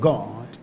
God